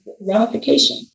ramification